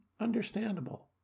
understandable